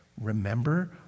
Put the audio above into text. remember